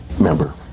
member